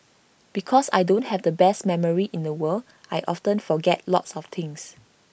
because I don't have the best memory in the world I often forget lots of things